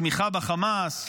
תמיכה בחמאס,